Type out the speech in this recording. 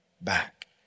back